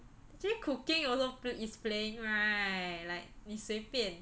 actually cooking also is playing right like 你随便